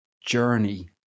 journey